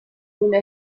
luna